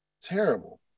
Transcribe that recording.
terrible